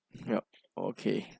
yup okay